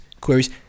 queries